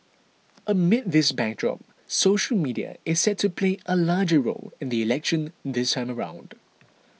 amid this backdrop social media is set to play a larger role in the election this time around